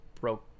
broke